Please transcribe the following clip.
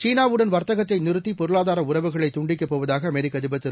சீனாவுடன் வர்த்தகத்தை நிறுத்தி பொருளாதார உறவுகளை துண்டிக்கப் போவதாக அமெரிக்க அதிபர் திரு